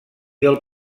del